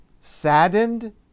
saddened